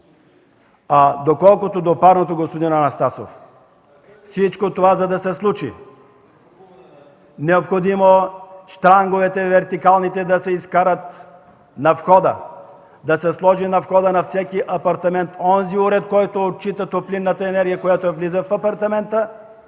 Колкото до парното, господин Анастасов, всичко това, за да се случи, е необходимо вертикалните щрангове да се изкарат на входа, да се сложи на входа на всеки апартамент онзи уред, който отчита топлинната енергия, която влиза в апартамента,